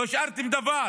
לא השארתם דבר